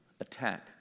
attack